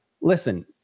listen